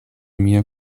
mia